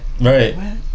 right